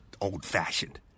old-fashioned